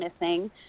missing